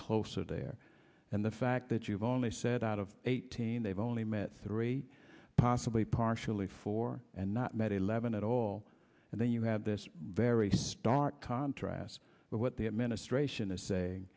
closer there and the fact that you've only said out of eighteen they've only met three possibly partially four and not met eleven at all and then you have this very stark contrast with what the administration is